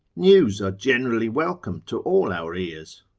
news are generally welcome to all our ears,